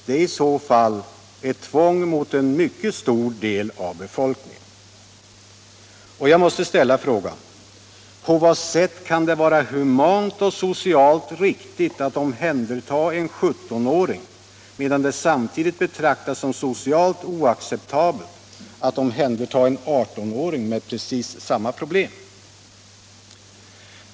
Det är i så fall ett tvång mot en mycket stor del av befolkningen. Jag måste ställa frågan: På vad sätt kan det vara humant och socialt riktigt att omhänderta en 17-åring, medan det samtidigt betraktas som socialt oacceptabelt att omhänderta en 18-åring med precis samma problem?